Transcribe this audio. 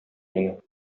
мине